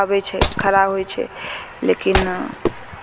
आबै छै खड़ा होइ छै लेकिन